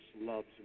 loves